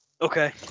okay